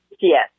Yes